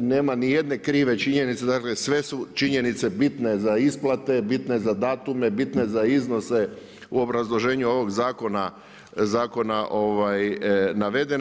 nema ni jedne krive činjenice, dakle sve su činjenice bitne za isplate, bitne za datume, bitne za iznose u obrazloženju ovoga zakona navedene.